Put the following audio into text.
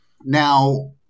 Now